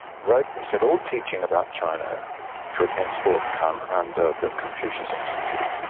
wrote and said, all teaching about china should henceforth come under the confucius institute.